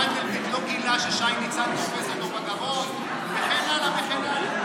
מנדלבליט לא גילה ששי ניצן תופס אותו בגרון וכן הלאה וכן הלאה.